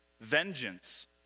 vengeance